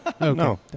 No